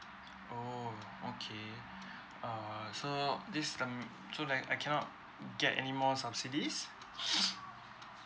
oo okay err so this um so that I cannot get any more subsidies